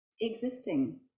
existing